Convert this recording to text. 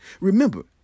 Remember